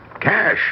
cash